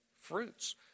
fruits